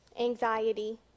anxiety